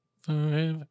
Forever